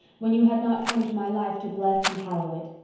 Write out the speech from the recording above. when you had not come into my life to bless and hallow it.